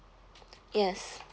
yes